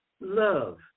love